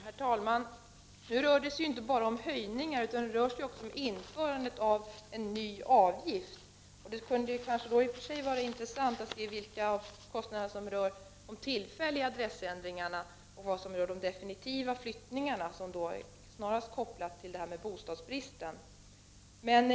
Herr talman! Nu rör det sig inte bara om höjningar utan också om införandet av en ny avgift. Det kunde i och för sig vara intressant att veta vilka kostnader som rör de tillfälliga adressändringarna, och vilka som rör de definitiva flyttningarna, som närmast är kopplade till bostadsbristen.